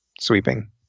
sweeping